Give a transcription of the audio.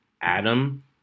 adam